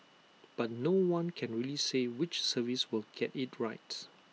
but no one can really say which service will get IT right